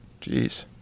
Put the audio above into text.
Jeez